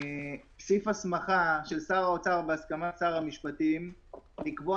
סעיף הסמכה של שר האוצר בהסכמת שר המשפטים לקבוע